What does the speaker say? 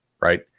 Right